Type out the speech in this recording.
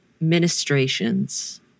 ministrations